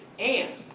and.